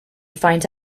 finds